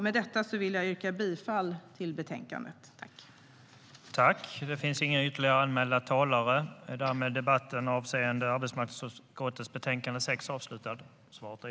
Med detta vill jag yrka bifall till förslaget i betänkandet.